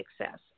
success